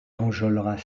enjolras